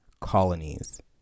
colonies